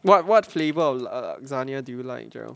what what flavour of lasagna do you like